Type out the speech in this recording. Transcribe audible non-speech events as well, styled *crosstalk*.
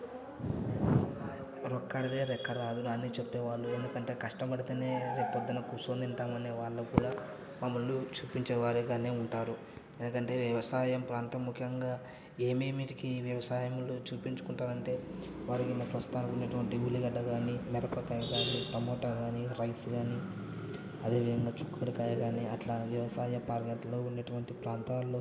రొక్కాడితే రెక్క ఆడదు అని చెప్పేవాళ్ళు ఎందుకంటే కష్టపడితేనే రేపొద్దున్న కుసోని తింటాం అనేవాళ్ళు కూడా మమ్మల్ని చూపించేవారుగానే ఉంటారు ఎందుకంటే వ్యవసాయం ప్రాంతం ముఖ్యంగా ఏమిటికి వ్యవసాయంలో చూపించుకుంటారంటే వారు ప్రస్తుతానికి ఉన్నటువంటి ఉల్లిగడ్డ కానీ మిరపకాయ్ కానీ టమాటా కానీ రైస్ కానీ అదే విధంగా చిక్కుడుకాయ కానీ అట్లా వ్యవసాయ *unintelligible* ఉండేటువంటి ప్రాంతాల్లో